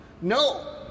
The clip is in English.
No